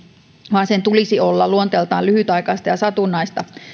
vaan sen tulisi olla luonteeltaan lyhytaikaista ja satunnaista